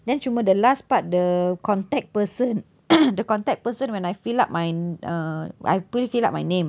then cuma the last part the contact person the contact person when I fill up my uh I fill up my name